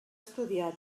estudiar